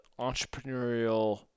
entrepreneurial